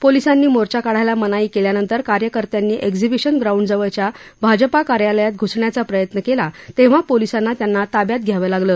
पोलिसांनी मोर्चा काढायला मनाई काल्यानंतर कार्यकर्त्यांनी एक्झीबिशन ग्राउंड जवळच्या भाजपा कार्यालयात घ्सण्याचा प्रयत्न काला ताह्हा पोलिसांना त्यांना ताब्यात घ्यावं लागलं